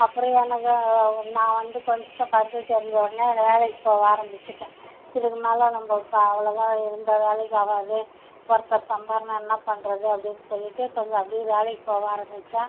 அப்புறம் எனக்கு நான் வந்து கொஞ்சம் கருத்து தெரிஞ்சோடனே வேலைக்கு போக ஆரமித்திட்டேன் இதுக்கு மேல் நம்ப அவ்வளோ தான் இருந்தால் வேலைக்காகாது ஒருத்தர் சம்பாரினா என்ன பண்ணுறது அப்படின்னு சொல்லிட்டு கொஞ்சம் அப்படியே வேலைக்கு போக ஆரமித்தேன்